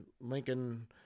Lincoln